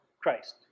Christ